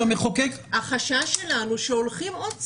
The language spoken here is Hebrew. שהמחוקק --- החשש שלנו הוא שהולכים עוד צעד.